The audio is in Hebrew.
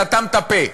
סתם את הפה,